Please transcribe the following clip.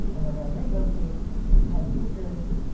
and they're wearing rainbow capes, and keds sneakers,